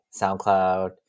SoundCloud